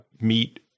meet